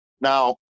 Now